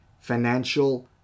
financial